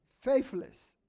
faithless